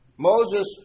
Moses